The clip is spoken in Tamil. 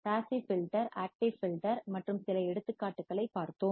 பாசிவ் ஃபில்டர் ஆக்டிவ் ஃபில்டர் மற்றும் சில எடுத்துக்காட்டுகளைப் பார்த்தோம்